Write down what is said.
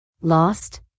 Lost